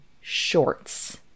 shorts